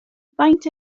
faint